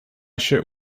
should